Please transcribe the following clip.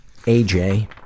AJ